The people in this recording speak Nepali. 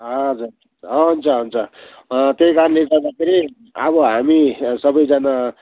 हजुर हजुर हुन्छ हुन्छ त्यही कारणले गर्दाखेरि अब हामी सबैजना